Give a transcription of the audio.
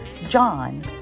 John